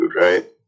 right